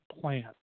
plant